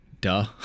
duh